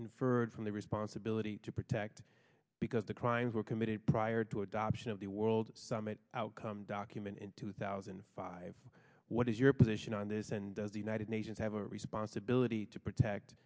inferred from the responsibility to protect because the crimes were committed prior to adoption of the world summit outcome document in two thousand and five what is your position on this and does the united nations have a responsibility to protect